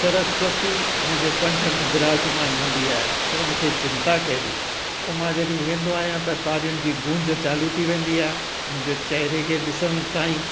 सरस्वती मुंहिंजे कंठ में विराजमान हूंदी आहे पोइ मूंखे चिंता कहिड़ी पोइ मां जॾहिं वेंदो आहियां त तारियुनि जी गूंज चालू थी वेंदी आहे मुंहिंजे चेहरे खे ॾिसण सां ई